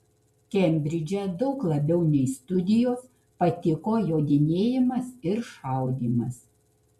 kembridže daug labiau nei studijos patiko jodinėjimas ir šaudymas